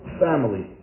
family